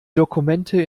dokumente